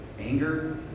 anger